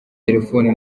terefone